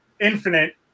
infinite